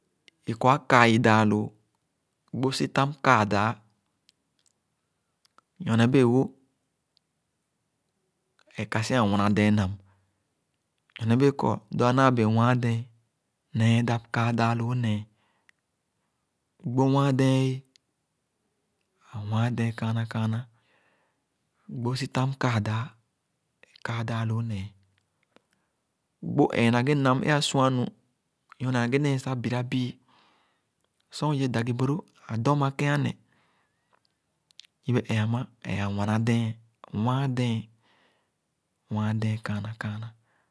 Ikɔ ã kãã-i dãã lõõ, gbó sitam kãã-dãã. Nyone bẽẽ-wo, ẽẽ kasi awãnã dẽn nam, nyone bẽẽ kɔ, lo anãã bẽẽ wãn dẽn, nee dãp kãã dãã lõõ nẽẽ. Gbó wãn dẽn éé! Ã wãn dèn kaana kaana Gbó sitam kãã dãã, ã kãã dãã lõõ nẽẽ. Gbó ẽẽna ghe nam ẽ-ã suanu. Nyone na ghé nẽẽ sa birabii. Sar o ye dagi boro, a dɔ̃makẽn ãnè. Yiebè-ẽẽ ãma ẽẽ awãnã dẽn. Wãn dẽn, wàn dẽn kããnã kããnã!